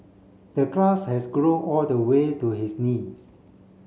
the grass has grown all the way to his knees